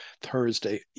Thursday